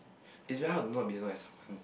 is very hard to not be annoyed at someone